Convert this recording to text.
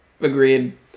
Agreed